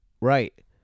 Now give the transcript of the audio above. Right